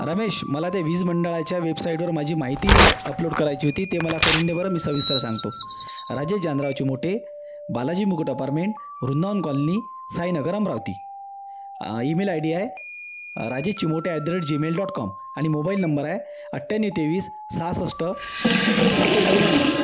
रमेश मला त्या वीज मंडळाच्या वेबसाईटवर माझी माहिती अपलोड करायची होती ते मला करून दे बरं मी सविस्तर सांगतो Rajesh Janrao Chimote Balaji Mukut apartment Vrindavan colony Sainagar Amravati email I D आहे Rajesh Chimote at the rate Gmail dot com आणि मोबाईल नंबर आहे अठ्ठ्याण्णव तेवीस सहासष्ट सत्तेचाळीस अठरा